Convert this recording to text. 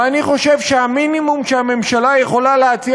ואני חושב שהמינימום שהממשלה יכולה להציע